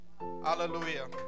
hallelujah